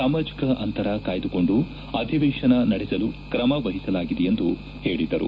ಸಾಮಾಜಿಕ ಅಂತರ ಕಾಯ್ದುಕೊಂಡು ಅಧಿವೇಶನ ನಡೆಸಲು ಕ್ರಮ ವಹಿಸಲಾಗಿದೆ ಎಂದು ಹೇಳಿದರು